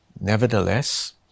Nevertheless